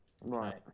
Right